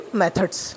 methods